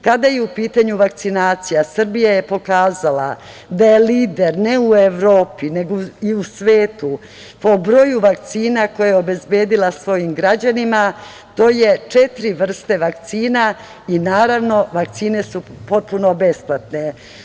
Kada je u pitanju vakcinacija, Srbija je pokazala da je lider ne u Evropi, nego i u svetu po broju vakcina koje je obezbedila svojim građanima, to su četiri vrste vakcina, i naravno, vakcine su potpuno besplatne.